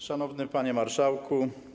Szanowny Panie Marszałku!